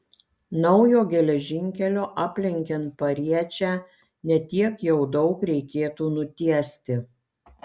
naujo geležinkelio aplenkiant pariečę ne tiek jau daug reikėtų nutiesti